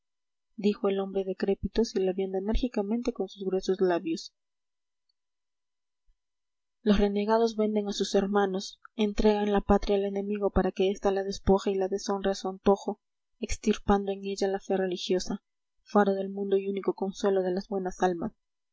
dijo el hombre decrépito silabeando enérgicamente con sus gruesos labios los renegados venden a sus hermanos entregan la patria al enemigo para que este la despoje y la deshonre a su antojo extirpando en ella la fe religiosa faro del mundo y único consuelo de las buenas almas